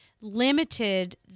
limited